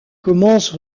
commence